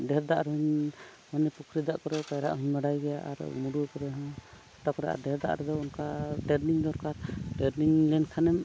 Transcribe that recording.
ᱰᱷᱮᱹᱨ ᱫᱟᱜ ᱨᱮᱦᱚᱸᱧ ᱢᱟᱱᱮ ᱯᱩᱠᱷᱨᱤ ᱫᱟᱜ ᱠᱚᱨᱮ ᱯᱟᱭᱨᱟᱜ ᱦᱚᱧ ᱵᱟᱰᱟᱭ ᱜᱮᱭᱟ ᱟᱨ ᱢᱩᱰᱩ ᱠᱚᱨᱮᱦᱚᱸ ᱜᱚᱴᱟ ᱠᱚᱨᱮ ᱟᱨ ᱰᱷᱮᱹᱨ ᱫᱟᱜ ᱨᱮᱫᱚ ᱚᱱᱠᱟ ᱴᱨᱮᱱᱤᱝ ᱫᱚᱨᱠᱟᱨ ᱴᱨᱮᱱᱤᱝ ᱞᱮᱱᱠᱷᱟᱱᱮᱢ